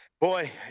Boy